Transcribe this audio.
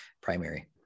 primary